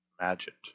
imagined